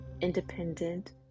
independent